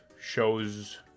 shows